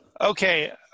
Okay